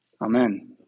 amen